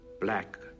...black